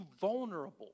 vulnerable